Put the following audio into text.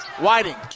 Whiting